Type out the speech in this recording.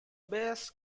base